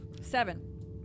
Seven